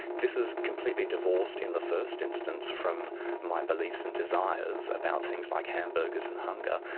this is completely divorced in the first instance from my beliefs and desires about things like hamburgers and hunger,